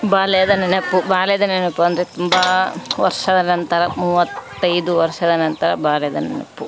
ಬಾಲ್ಯದ ನೆನಪು ಬಾಲ್ಯದ ನೆನಪು ಅಂದರೆ ತುಂಬ ವರ್ಷದ ನಂತರ ಮೂವತ್ತೈದು ವರ್ಷದ ನಂತರ ಬಾಲ್ಯದ ನೆನಪು